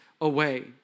away